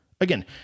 Again